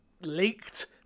leaked